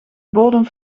bodem